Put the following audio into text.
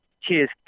Cheers